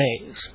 days